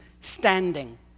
standing